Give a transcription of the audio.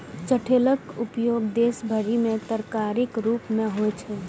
चठैलक उपयोग देश भरि मे तरकारीक रूप मे होइ छै